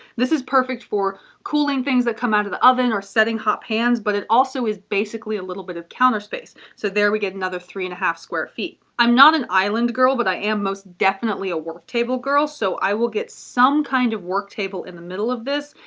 this is perfect for cooling things that come out of the oven or setting hot pans but it also, is basically a little bit of counter space. so there we get another three and a half square feet. i'm not an island girl, but i am most definitely a work table girl, so i will get some kind of work table in the middle of this.